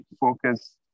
focus